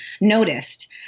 noticed